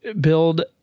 build